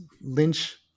Lynch